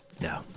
No